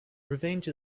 revenge